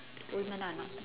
women are nothing